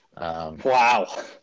wow